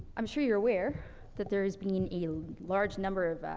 i'm sure you are aware that there has been a large number of.